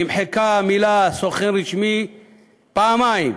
נמחקה המילה "סוכן רשמי" פעמיים,